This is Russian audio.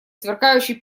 сверкающий